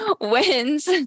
wins